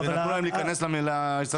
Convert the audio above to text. ונתנו להם להיכנס לאצטדיון?